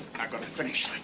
got to finish